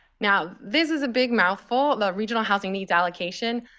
now this is a big mouthful, the regional housing needs allocation.